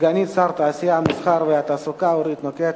ועדת הכנסת תכריע אם זה ועדת הפנים או ועדת חוקה.